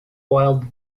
wild